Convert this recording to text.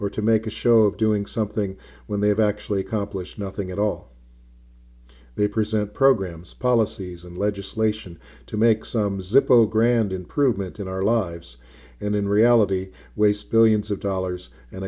or to make a show of doing something when they have actually accomplished nothing at all they present programs policies and legislation to make some zippo grand improvement in our lives and in reality waste billions of dollars and